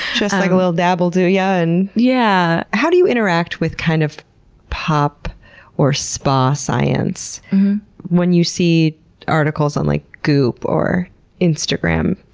just like, a little dab'll do ya, and, yeah. how do you interact with kind of pop or spa science when you see articles on like goop or instagram,